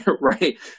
right